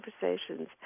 conversations